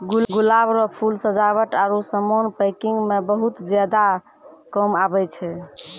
गुलाब रो फूल सजावट आरु समान पैकिंग मे बहुत ज्यादा काम आबै छै